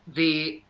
the